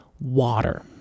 water